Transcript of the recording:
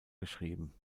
geschrieben